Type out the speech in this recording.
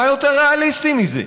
מה יותר ריאליסטי מזה?